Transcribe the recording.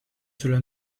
cela